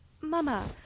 Mama